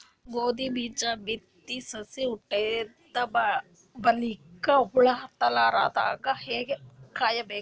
ಗೋಧಿ ಬೀಜ ಬಿತ್ತಿ ಸಸಿ ಹುಟ್ಟಿದ ಬಲಿಕ ಹುಳ ಹತ್ತಲಾರದಂಗ ಹೇಂಗ ಕಾಯಬೇಕು?